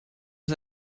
ist